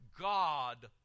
God